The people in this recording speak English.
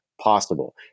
possible